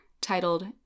titled